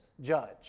judge